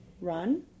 run